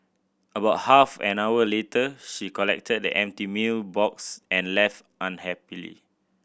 about half an hour later she collected the empty meal box and left unhappily